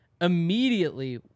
immediately